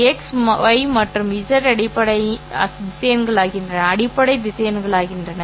x̂ ŷ மற்றும் ẑ அடிப்படை திசையன்களாகின்றன